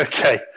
Okay